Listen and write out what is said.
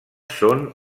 són